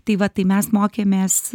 tai va tai mes mokėmės